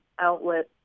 outlet